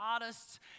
artists